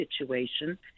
situation